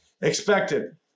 expected